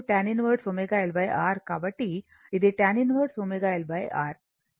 కాబట్టి ఇది tan 1 ω L R